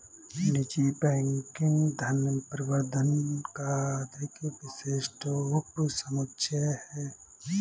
निजी बैंकिंग धन प्रबंधन का अधिक विशिष्ट उपसमुच्चय है